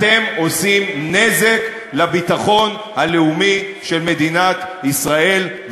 אתם עושים נזק לביטחון הלאומי של מדינת ישראל,